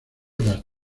las